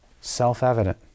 self-evident